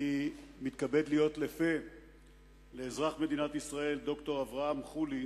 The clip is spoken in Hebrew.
אני מתכבד להיות לפה לאזרח מדינת ישראל ד"ר אברהם חולי,